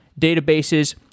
databases